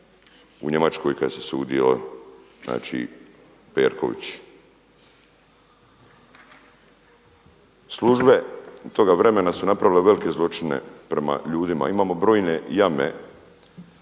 u Njemačkoj kada se sudio znači Perković. Službe toga vremena su napravile velike zločine prema ljudima. Imamo brojne jame